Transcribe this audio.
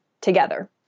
together